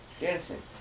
Dancing